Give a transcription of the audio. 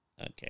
Okay